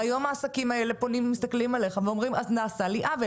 והיום העסקים האלה פונים ומסתכלים עליך ואומרים: אז נעשה לי עוול,